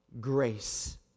grace